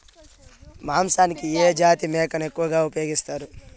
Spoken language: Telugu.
మాంసానికి ఏ జాతి మేకను ఎక్కువగా ఉపయోగిస్తారు?